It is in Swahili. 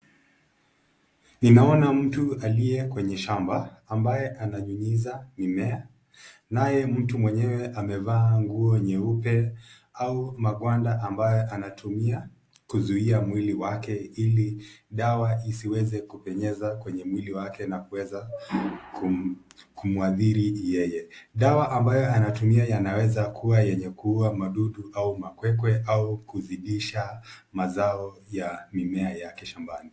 Ninaona mtu aliye kwenye shamba ambaye ananyunyiza mimea naye mtu mwenyewe amevaa nguo nyeupe au magwanda ambayo anatumia kuzuia mwili wake ili dawa isiweze kupenyeza kwenye mwili wake na kuweza kumwadhiri yeye. Dawa anayotumia inaweza kuwa yenye kuua madudu au makwekwe au kuzidisha mazao ya mimea yake shambani.